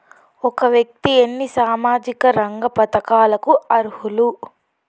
ఒక వ్యక్తి ఎన్ని సామాజిక రంగ పథకాలకు అర్హులు?